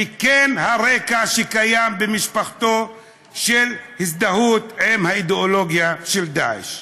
וכן הרקע שקיים במשפחתו של הזדהות עם האידיאולוגיה של דאעש".